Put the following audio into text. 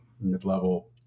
mid-level